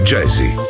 Jazzy